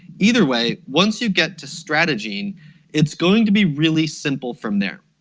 either way once you get to strategene it's going to be really simple from there.